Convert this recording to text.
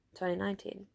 2019